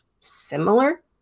similar